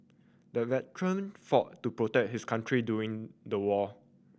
the veteran fought to protect his country during the war